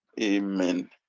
Amen